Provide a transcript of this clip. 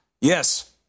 Yes